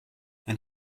and